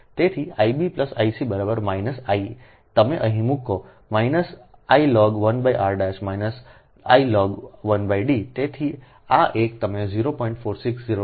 તેથી Ib Ic I તમે અહીં મૂકો I log 1 r I log1 D તેથી આ એક તમે 0